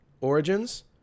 origins